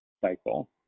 cycle